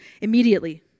immediately